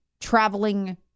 traveling